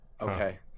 Okay